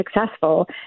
successful